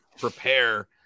prepare